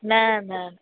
न न